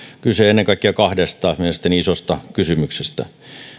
kyse ennen kaikkea kahdesta mielestäni isosta kysymyksestä